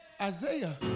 Isaiah